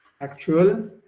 actual